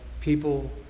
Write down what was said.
people